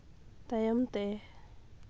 ᱛᱟᱭᱚᱢ ᱛᱮ